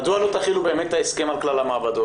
מדוע לא תחילו את ההסכם על כלל המעבדות?